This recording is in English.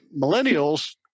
millennials